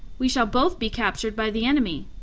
we shall both be captured by the enemy.